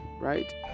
right